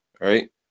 right